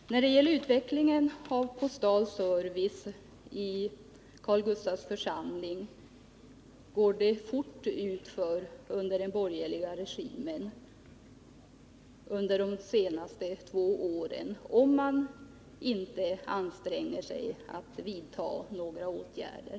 Herr talman! När det gäller utvecklingen av postal service i Karl Gustavs församling går det fort utför under den borgerliga regimen om man inte anstränger sig för att vidta några åtgärder.